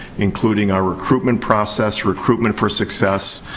including our recruitment process, recruitment for success,